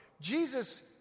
Jesus